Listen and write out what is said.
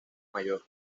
mayor